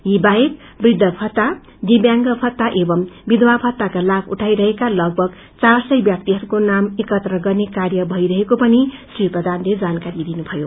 यी बाहेक वृद्ध भत्ता दिव्यांग भत्ता एवी वयवा भत्ताका लागीा उठाइ रहेका लगभग चार सय व्याक्तिहरूको नाम एकत्र गर्नेकार्य भईरहेको पनि श्री प्रधानले जानकारी दिनुभयो